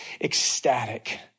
ecstatic